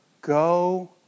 go